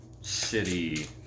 City